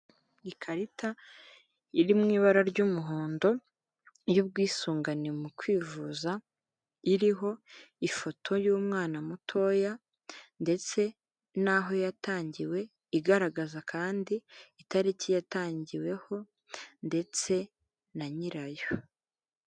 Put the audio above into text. Ikarita iri mu ibara ry'umuhondo y'ubwisungane mu kwivuza, iriho ifoto y'umwana mutoya ndetse naho yatangiwe, igaragaza kandi itariki yatangiweho ndetse na nyirayo.